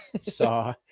Saw